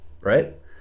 right